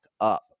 up